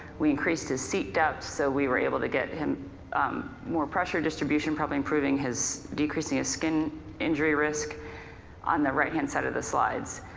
we increased his seat depth so we were able to get him more pressure distribution probably improving his, decreasing his skin-injury and risk on the right-hand set of the slides.